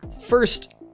First